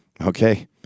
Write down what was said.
okay